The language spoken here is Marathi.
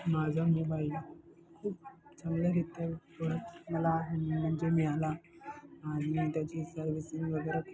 माझा मोबाईल खूप चांगल्या रित्या पडत मला म्हणजे मिळाला आणि त्याची सर्विसिंग वगैरे